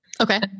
Okay